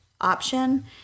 option